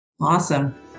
awesome